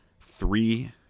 three